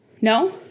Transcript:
No